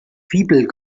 fibel